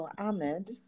Ahmed